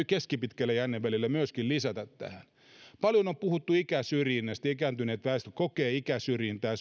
keskipitkällä jännevälillä myöskin lisätä tähän paljon on puhuttu ikäsyrjinnästä ikääntynyt väestö kokee ikäsyrjintää